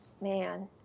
man